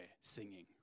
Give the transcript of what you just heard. singing